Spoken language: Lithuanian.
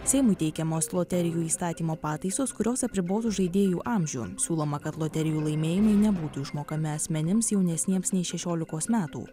seimui teikiamos loterijų įstatymo pataisos kurios apribotų žaidėjų amžių siūloma kad loterijų laimėjimai nebūtų išmokami asmenims jaunesniems nei šešiolikos metų